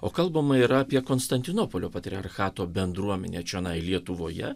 o kalbama yra apie konstantinopolio patriarchato bendruomenę čionai lietuvoje